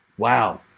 wow,